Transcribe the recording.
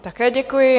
Také děkuji.